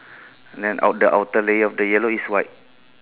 then out the outer layer of the yellow is white